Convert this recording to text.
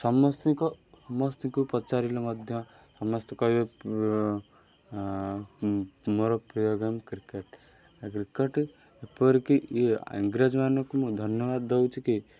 ସମସ୍ତଙ୍କ ସମସ୍ତଙ୍କୁ ପଚାରିଲେ ମଧ୍ୟ ସମସ୍ତେ କହିବେ ମୋର ପ୍ରିୟ ଗେମ୍ କ୍ରିକେଟ୍ କ୍ରିକେଟ୍ଟି ଏପରିକି ମଧ୍ୟ ଇଏ ଇଂରେଜ୍ମାନଙ୍କୁ ମୁଁ ଧନ୍ୟବାଦ ଦେଉଛି କି